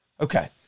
Okay